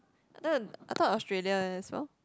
I thought Australia as well